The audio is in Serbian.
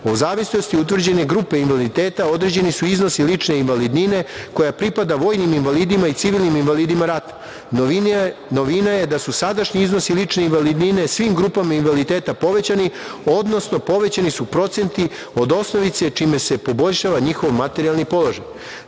o zavisnosti utvrđene grupe invaliditeta određeni su iznosi lične invalidnine koja pripada vojnim invalidima i civilnim invalidima rata. Novina je da su sadašnji iznosi lične invalidnine svim grupama invaliditeta povećani, odnosno povećani su procenti od osnovice čime se poboljšava njihovo materijalni položaj. Zakonom